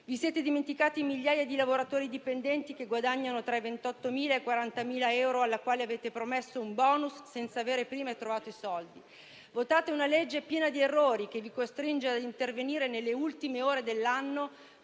Vi siete dimenticati migliaia di lavoratori dipendenti che guadagnano tra i 28.000 e i 40.000 euro, ai quali avete promesso un *bonus* senza avere prima trovato i soldi. Votate una legge piena di errori, che vi costringe a intervenire nelle ultime ore dell'anno